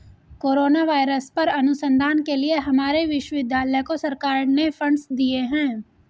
corona virus पर अनुसंधान के लिए हमारे विश्वविद्यालय को सरकार ने फंडस दिए हैं